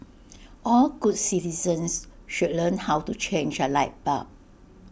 all good citizens should learn how to change A light bulb